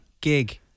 gig